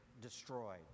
destroyed